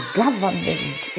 government